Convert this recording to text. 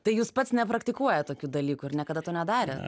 tai jūs pats nepraktikuojat tokių dalykų ir niekada to nedarė